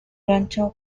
rancho